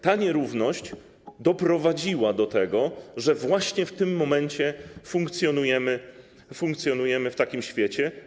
Ta nierówność doprowadziła do tego, że właśnie w tym momencie funkcjonujemy w takim świecie.